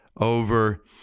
over